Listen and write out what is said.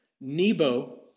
Nebo